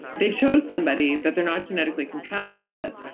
they chose somebody that they're not genetically compatible with.